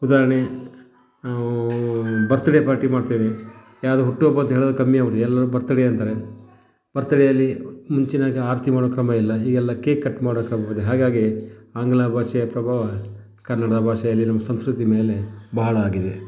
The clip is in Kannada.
ಉದಾಹರಣೆ ನಾವು ಬರ್ತ್ಡೇ ಪಾರ್ಟಿ ಮಾಡ್ತೇವೆ ಯಾರು ಹುಟ್ಟುಹಬ್ಬ ಅಂತ ಹೇಳೋದು ಕಮ್ಮಿಯಾಗಿ ಬಿಟ್ಟಿದೆ ಎಲ್ಲರು ಬರ್ತ್ಡೇ ಅಂತಾರೆ ಬರ್ತ್ಡೇಯಲ್ಲಿ ಮುಂಚಿನ ಹಾಗೆ ಆರತಿ ಮಾಡುವ ಕ್ರಮ ಇಲ್ಲ ಈಗೆಲ್ಲ ಕೇಕ್ ಕಟ್ ಮಾಡುವ ಕ್ರಮ ಬಂದಿದೆ ಹಾಗಾಗಿ ಆಂಗ್ಲ ಭಾಷೆಯ ಪ್ರಭಾವ ಕನ್ನಡ ಭಾಷೆಯಲ್ಲಿ ನಮ್ಮ ಸಂಸ್ಕೃತಿ ಮೇಲೆ ಬಹಳ ಆಗಿದೆ